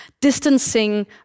distancing